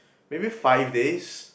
maybe five days